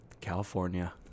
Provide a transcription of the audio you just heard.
California